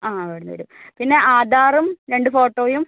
ആ ഇവിടെ നിന്നു തരും പിന്നെ ആധാറും രണ്ട് ഫോട്ടോയും